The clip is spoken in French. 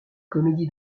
comédies